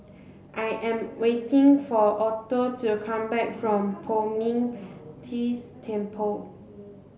I am waiting for Otho to come back from Poh Ming Tse Temple